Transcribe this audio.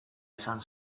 izan